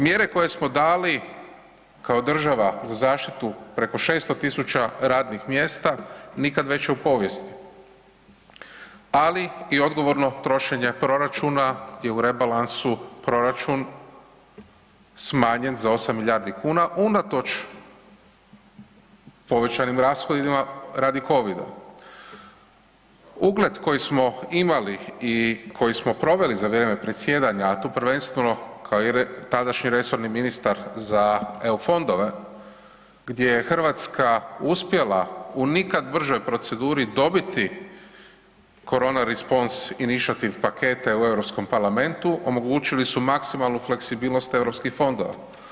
Mjere koje smo dali kao država za zaštitu preko 600 000 radnih mjesta, nikad veće u povijesti ali i odgovorno trošenje proračuna gdje je u rebalansu proračun smanjen za 8 milijardi kuna unatoč povećanim rashodima radi COVID-a. ugled koji smo imali i koji smo proveli za vrijeme predsjedanja a tu prvenstveno kao i tadašnji resorni ministar za EU fondove gdje Hrvatska uspjela u nikad bržoj proceduri dobiti korona response inciative pakete u Europskom parlamentu, omogućili su maksimalnu fleksibilnost europskih fondova.